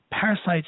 parasites